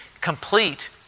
complete